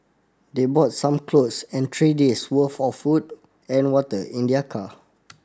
they bought some clothes and three days worth of food and water in their car